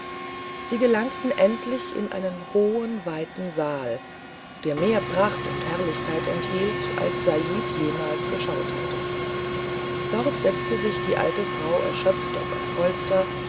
sie gelangten endlich in einen hohen weiten saal der mehr pracht und herrlichkeit enthielt als said jemals geschaut hatte dort setzte sich die alte frau erschöpft auf ein polster